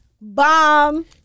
Bomb